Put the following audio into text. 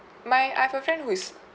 my I've a friend who is